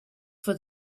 for